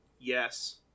Yes